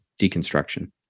deconstruction